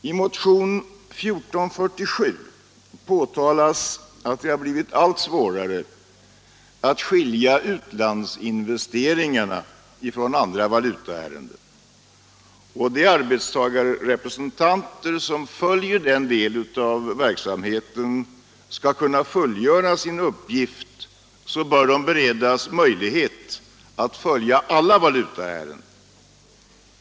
I motionen 1447 påtalas att det har blivit allt svårare att skilja utlandsinvesteringarna från andra valutaärenden. Om de arbetstagarrepresentanter som följer den delen av verksamheten skall kunna fullgöra sin uppgift bör de beredas möjlighet att följa alla valutaärenden.